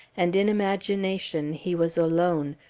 and in imagination he was alone,